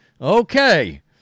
Okay